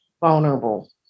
vulnerable